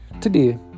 Today